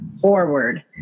forward